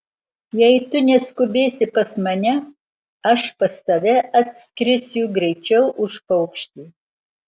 jei tu neskubėsi pas mane aš pas tave atskrisiu greičiau už paukštį